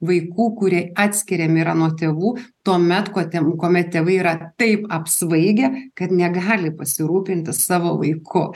vaikų kurie atskiriami yra nuo tėvų tuomet kuo tem kuomet tėvai yra taip apsvaigę kad negali pasirūpinti savo vaiku